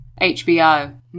hbo